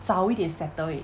早一点 settle it